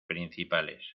principales